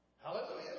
Hallelujah